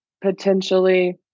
potentially